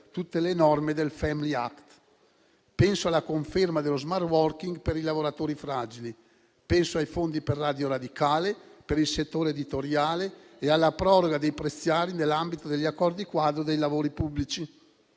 tutte le norme del *family act*. Penso alla conferma dello *smart working* per i lavoratori fragili; penso ai fondi per Radio Radicale e per il settore editoriale e alla proroga dei prezzari nell'ambito degli accordi quadro dei lavori pubblici.